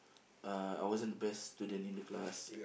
uh I wasn't the best student in the class